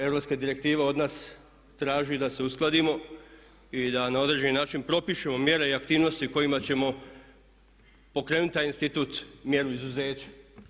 Europska direktiva od nas traži da se uskladimo i da na određeni način propišemo mjere i aktivnosti kojima ćemo pokrenuti taj institut, mjeru izuzeća.